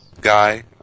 guy